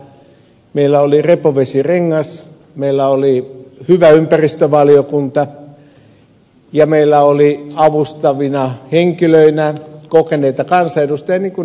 meillä oli repovesi rengas meillä oli hyvä ympäristövaliokunta ja meillä oli avustavina henkilöinä kokeneita kansanedustajia niin kuin ed